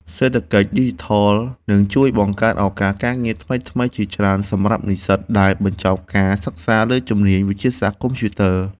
សេដ្ឋកិច្ចឌីជីថលនឹងជួយបង្កើតឱកាសការងារថ្មីៗជាច្រើនសម្រាប់និស្សិតដែលបញ្ចប់ការសិក្សាលើជំនាញវិទ្យាសាស្ត្រកុំព្យូទ័រ។